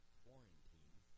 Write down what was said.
quarantine